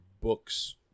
books